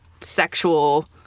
sexual